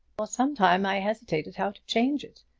for some time i hesitated how to change it.